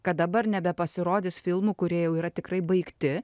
kad dabar nebepasirodys filmų kurie jau yra tikrai baigti